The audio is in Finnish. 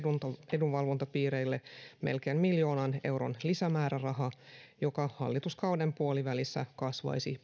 edunvalvontapiireille melkein miljoonan euron lisämääräraha joka hallituskauden puolivälissä kasvaisi